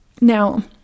Now